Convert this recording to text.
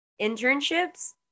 internships